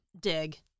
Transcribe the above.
dig